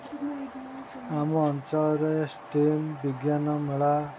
ଆମ ଅଞ୍ଚଳରେ ଷ୍ଟିମ୍ ବିଜ୍ଞାନ ମେଳା